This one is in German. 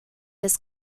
des